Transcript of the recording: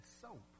soap